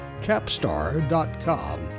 capstar.com